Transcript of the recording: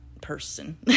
person